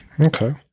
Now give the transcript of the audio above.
Okay